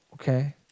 Okay